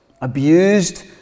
abused